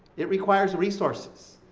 it requires resources.